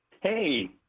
Hey